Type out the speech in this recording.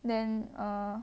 then err